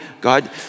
God